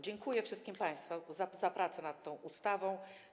Dziękuję wszystkim państwu za prace nad tą ustawą.